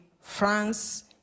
France